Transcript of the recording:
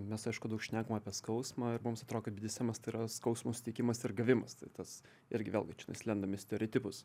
mes aišku daug šnekam apie skausmą ir mums atrodo kad bdesemas yra skausmo suteikimas ir gavimas tai tas irgi vėlgi čianais lendam į stereotipus